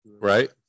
right